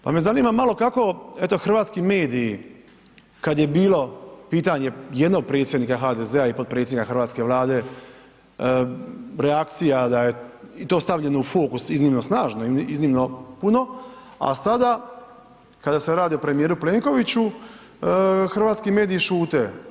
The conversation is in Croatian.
Pa me zanima malo kako eto hrvatski mediji kad je bilo pitanje jednog predsjednika HDZ-a i potpredsjednika hrvatske Vlade, reakcija da je to stavljeno u fokus iznimno snažno, iznimno puno, a sada kada se radi o premijeru Plenkoviću, hrvatski mediji šute.